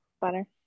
butter